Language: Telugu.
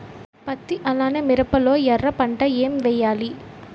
పత్తి అలానే మిరప లో ఎర పంట ఏం వేయాలి?